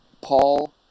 Paul